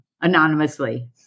anonymously